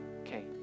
okay